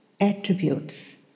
attributes